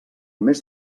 mes